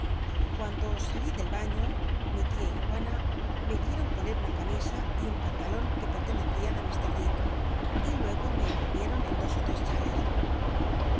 cuando sali del baiío mi tia y juana me hicieron poner una camisa y un pantalon que pertenecian á mr dick y luego me envolvieron en dos ó ijes chales